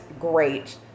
great